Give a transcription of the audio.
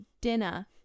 dinner